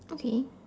okay